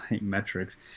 metrics